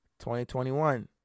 2021